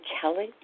Kelly